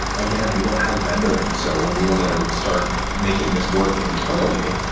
again, we don't have vendor ing. so, when we wanted to start making this work internally,